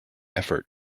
effort